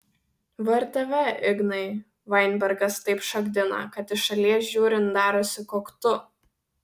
va ir tave ignai vainbergas taip šokdina kad iš šalies žiūrint darosi koktu